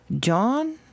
John